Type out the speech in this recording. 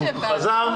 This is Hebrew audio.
לא